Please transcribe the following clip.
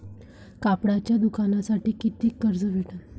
कापडाच्या दुकानासाठी कितीक कर्ज भेटन?